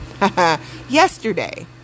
yesterday